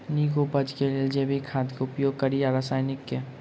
नीक उपज केँ लेल जैविक खाद केँ उपयोग कड़ी या रासायनिक केँ?